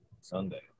Sunday